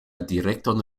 direkton